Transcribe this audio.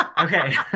Okay